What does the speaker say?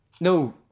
No